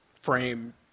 frame